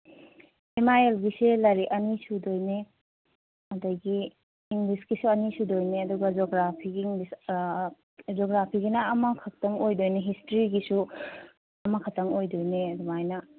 M I ꯑꯦꯜꯒꯤꯁꯦ ꯂꯥꯏꯔꯤꯛ ꯑꯅꯤ ꯁꯨꯗꯣꯏꯅꯦ ꯑꯗꯨꯗꯒꯤ ꯏꯪꯂꯤꯁꯀꯤꯁꯨ ꯑꯅꯤ ꯁꯨꯗꯣꯏꯅꯦ ꯑꯗꯨꯒ ꯖꯤꯑꯣꯒ꯭ꯔꯥꯐꯤꯒꯤ ꯖꯤꯑꯣꯒ꯭ꯔꯥꯐꯤꯒꯤꯅ ꯑꯃ ꯈꯛꯇꯪ ꯑꯣꯏꯗꯣꯏꯅꯤ ꯍꯤꯁꯇꯣꯔꯤꯒꯤꯁꯨ ꯑꯃ ꯈꯛꯇꯪ ꯑꯣꯏꯗꯣꯏꯅꯦ ꯑꯗꯨꯃꯥꯏꯅ